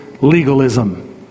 legalism